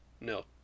No